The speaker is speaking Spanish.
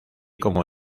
como